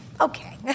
okay